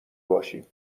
باشیم